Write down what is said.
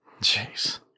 Jeez